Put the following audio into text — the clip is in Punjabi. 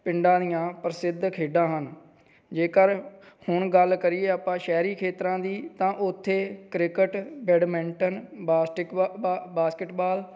ਪਿੰਡਾਂ ਦੀਆਂ ਪ੍ਰਸਿੱਧ ਖੇਡਾਂ ਹਨ ਜੇਕਰ ਹੁਣ ਗੱਲ ਕਰੀਏ ਆਪਾਂ ਸ਼ਹਿਰੀ ਖੇਤਰਾਂ ਦੀ ਤਾਂ ਉੱਥੇ ਕ੍ਰਿਕਟ ਬੈਡਮਿੰਟਨ ਬਾਸਟਿਕਬਾ ਬਾ ਬਾਸਕਿਟਬਾਲ